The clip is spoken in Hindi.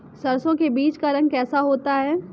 सरसों के बीज का रंग कैसा होता है?